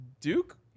Duke